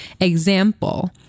example